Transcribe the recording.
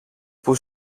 που